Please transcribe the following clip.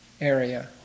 area